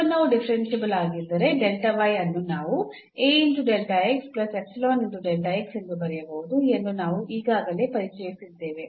ಉತ್ಪನ್ನವು ಡಿಫರೆನ್ಸಿಬಲ್ ಆಗಿದ್ದರೆ ಅನ್ನು ನಾವು ಎಂದು ಬರೆಯಬಹುದು ಎಂದು ನಾವು ಈಗಾಗಲೇ ಪರಿಚಯಿಸಿದ್ದೇವೆ